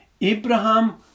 Abraham